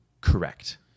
correct